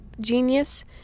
genius